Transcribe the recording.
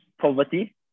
poverty